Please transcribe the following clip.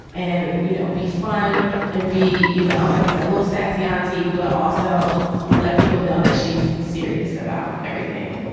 and, you know, be fun and be, you know, like i say, a little sassy auntie, but also let people know that she's serious about everything.